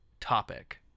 topic